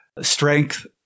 Strength